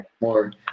more